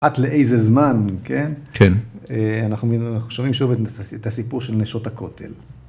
‫עד לאיזה זמן, כן? ‫-כן. ‫אנחנו שומעים שוב את הסיפור ‫של נשות הכותל.